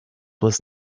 was